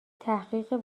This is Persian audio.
تحقیق